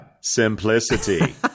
simplicity